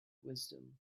wisdom